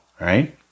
right